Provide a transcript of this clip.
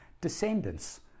descendants